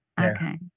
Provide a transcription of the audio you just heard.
Okay